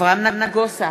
אברהם נגוסה,